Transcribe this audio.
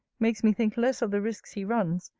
makes me think less of the risques he runs,